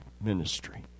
ministry